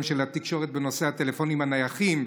של התקשורת בנושא הטלפונים הנייחים.